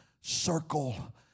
circle